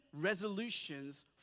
resolutions